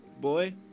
boy